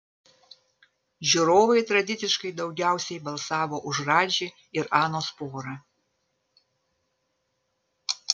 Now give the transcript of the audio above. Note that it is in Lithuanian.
žiūrovai tradiciškai daugiausiai balsavo už radži ir anos porą